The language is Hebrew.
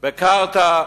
קרתא.